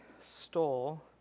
stole